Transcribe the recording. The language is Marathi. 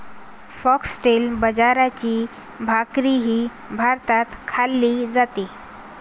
फॉक्सटेल बाजरीची भाकरीही भारतात खाल्ली जाते